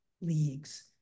leagues